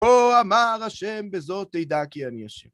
פה אמר השם, בזאת תדע כי אני אשם.